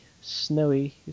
Snowy